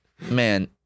man